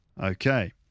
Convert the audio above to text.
Okay